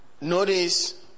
Notice